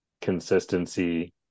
consistency